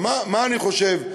מה אני חושב?